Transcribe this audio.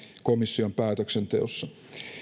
komission päätöksenteossa